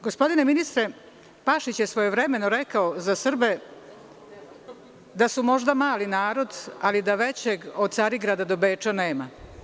Gospodine ministre, Pašić je svojevremeno rekao za Srbe da su možda mali narod, ali da većeg od Carigrada do Beča nema.